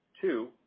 two